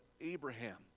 Abraham